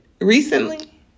recently